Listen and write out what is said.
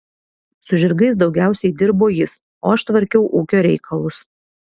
su žirgais daugiausiai dirbo jis o aš tvarkiau ūkio reikalus